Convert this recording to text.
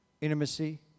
intimacy